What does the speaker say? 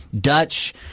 Dutch